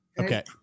Okay